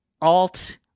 alt